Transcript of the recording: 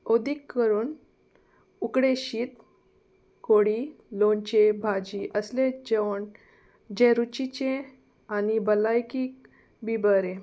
ओदीक करून उकडे शीत कोडी लोणचें भाजी असलें जेवण जे रुचीचें आनी भलायकीक बी बरें